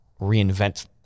reinvent